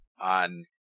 on